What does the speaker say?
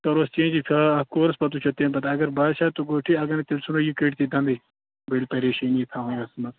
کَرہوٚس چینٛجٕے فِلحال اَکھ کورُس پَتہٕ وُچھو تَمہِ پَتہٕ اگر باسیٚوو تہٕ گوٚو ٹھیٖک اگر نہٕ تہٕ تیٚلہِ ژھٕنوو یہِ کٔڈۍتھٕے دَنٛدٕے بٔلۍ پَریشٲنی تھاوٕنۍ اَتھ منٛز